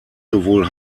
sowohl